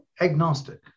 agnostic